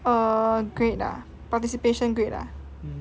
err grade ah participant grade ah